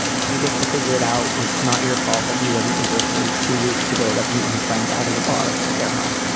he gets to figure it out. it's not your fault that he wasn't able for two weeks to go like meet his friends out at a bar or at their home.